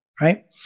right